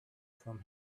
from